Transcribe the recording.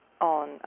on